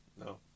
no